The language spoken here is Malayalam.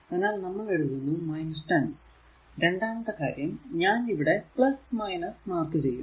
അതിനാൽ നമ്മൾ എഴുതുന്നു 10 രണ്ടാമത്തെ കാര്യം ഞാൻ ഇവിടെ മാർക്ക് ചെയ്യുന്നു